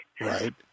right